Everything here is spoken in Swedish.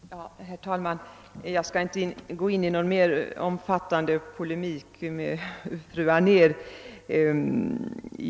Herr talman! Jag skall inte ingå i någon mera omfattande polemik med fru Anér.